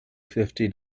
fifty